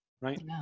right